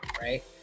right